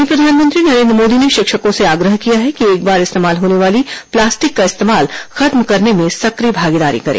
वहीं प्रधानमंत्री नरेन्द्र मोदी ने शिक्षकों से आग्रह किया है कि एक बार इस्तेमाल होने वाली प्लास्टिक का इस्तेमाल खत्म करने में सक्रिय भागीदारी करें